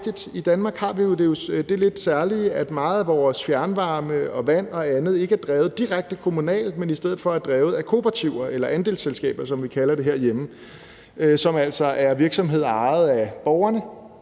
I Danmark har vi jo det lidt særlige, at meget af vores fjernvarme, vand og andet ikke er drevet direkte kommunalt, men i stedet for er drevet af kooperativer eller andelsselskaber, som vi kalder det herhjemme, som altså er virksomheder ejet af borgerne,